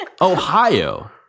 Ohio